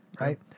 right